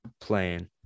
playing